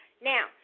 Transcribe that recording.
Now